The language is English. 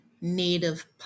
native